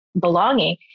belonging